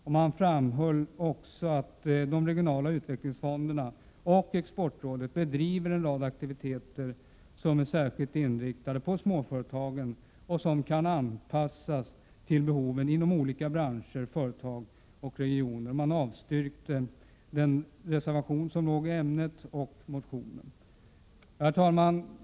Utskottet framhöll också att de regionala utvecklingsfonderna och exportrådet bedriver en rad aktiviteter som är särskilt inriktade på småföretagen och som kan anpassas till behoven inom olika branscher, företag och regioner. Utskottet avstyrkte den reservation som fogats till betänkandet och även motionen. Herr talman!